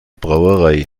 brauerei